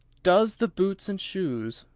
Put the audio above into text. does the boots and shoes!